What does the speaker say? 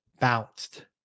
bounced